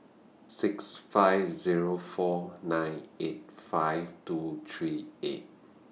six five Zero four nine eight five two three eight